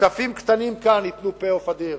כספים קטנים כאן ייתנו payoff אדיר.